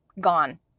gone